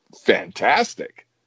fantastic